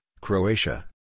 Croatia